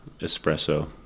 espresso